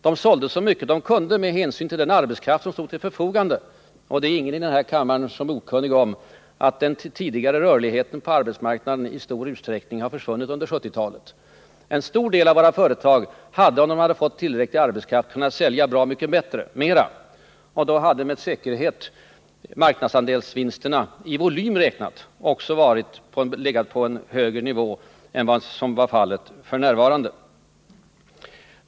De sålde så mycket de kunde med hänsyn till den arbetskraft som stod till förfogande, och det är ingen i denna kammare som är okunnig om att den tidigare rörligheten på arbetsmarknaden i stor utsträckning har försvunnit under 1970-talet. En stor del av våra företag hade, om de fått tillräckligt med arbetskraft, kunnat sälja bra mycket mera. Då hade marknadsandelsvinsterna också i volym räknat med säkerhet legat på en högre nivå än som f.n. är fallet.